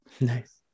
nice